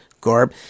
garb